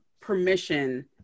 permission